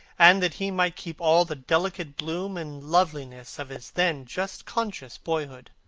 and that he might keep all the delicate bloom and loveliness of his then just conscious boyhood.